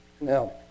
Now